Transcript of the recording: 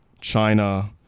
China